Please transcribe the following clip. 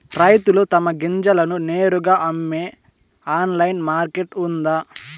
రైతులు తమ గింజలను నేరుగా అమ్మే ఆన్లైన్ మార్కెట్ ఉందా?